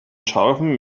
scharfen